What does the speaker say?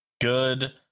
good